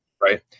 Right